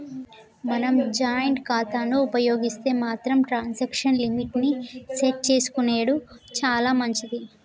మనం జాయింట్ ఖాతాను ఉపయోగిస్తే మాత్రం ట్రాన్సాక్షన్ లిమిట్ ని సెట్ చేసుకునెడు చాలా మంచిది